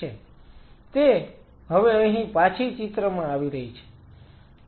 તે હવે અહી પાછી ચિત્રમાં આવી રહી છે